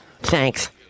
Thanks